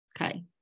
Okay